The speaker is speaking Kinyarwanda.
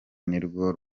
nirwo